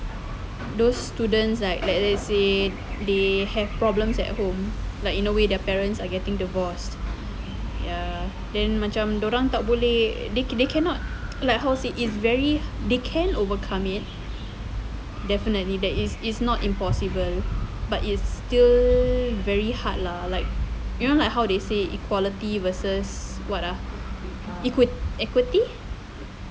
those students like like let's say they have problems at home like in a way their parents are getting divorced ya then macam dorang tak boleh they cannot like how say is very they can overcome it definitely that is is not impossible but it's still very hard lah like you know like how they say equality versus what ah equity